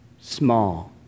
small